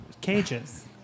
cages